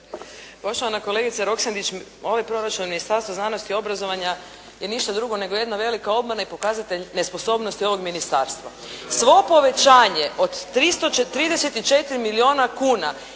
Poštovana kolegice Roksandić, ovaj proračun Ministarstva znanosti i obrazovanja je ništa drugo nego jedna velika obmana i pokazatelj nesposobnosti ovog ministarstva. Sve povećanje od 334 milijuna kuna